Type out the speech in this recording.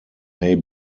may